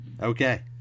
Okay